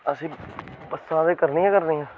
असें बस्सां ते करनी गै करनियां ऐ